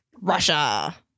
Russia